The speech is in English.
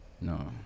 No